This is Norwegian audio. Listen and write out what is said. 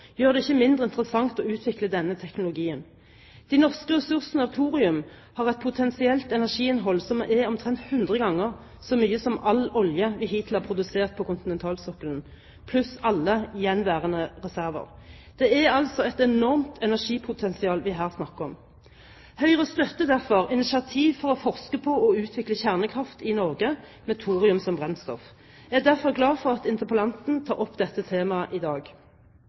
gjør det ikke mindre interessant å utvikle denne teknologien. De norske ressursene av thorium har et potensielt energiinnhold som er omtrent hundre ganger så mye som all olje vi hittil har produsert på kontinentalsokkelen, pluss alle gjenværende reserver. Det er altså et enormt energipotensial vi her snakker om. Høyre støtter derfor initiativ for å forske på og utvikle kjernekraft i Norge med thorium som brennstoff. Jeg er derfor glad for at interpellanten tar opp dette temaet i dag.